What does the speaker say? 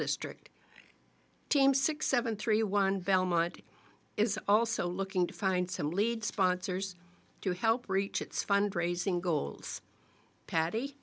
district team six seven three one belmont is also looking to find some lead sponsors to help reach its fundraising goals pa